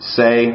say